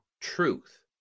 truth